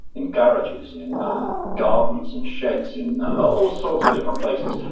in garages, in gardens, in sheds, in all sorts of different places.